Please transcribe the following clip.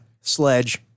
Sledge